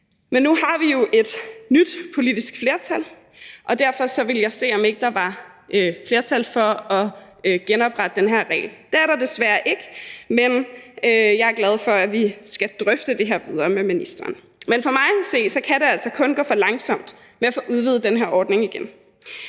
Men nu har vi jo et nyt politisk flertal, og derfor ville jeg se, om ikke der var flertal for at genoprette den her regel. Det er der desværre ikke, men jeg er glad for, at vi skal drøfte det her videre med ministeren. Men for mig at se kan det altså kun gå for langsomt med at få udvidet den her ordning igen.